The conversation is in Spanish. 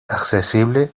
accesible